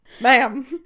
ma'am